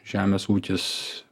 žemės ūkis